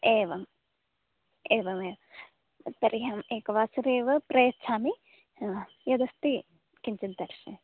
एवं एवमेवं तर्हि अहम् एकवासरे एव प्रयच्छामि यदस्ति किञ्चित् दर्शयन्तु